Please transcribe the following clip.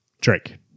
Drake